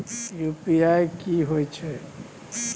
UPI की होय छै?